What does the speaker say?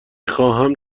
خواهمم